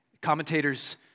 Commentators